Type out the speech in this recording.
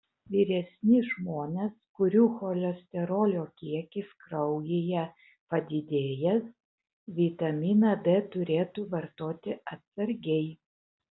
vyresni žmonės kurių cholesterolio kiekis kraujyje padidėjęs vitaminą d turėtų vartoti atsargiai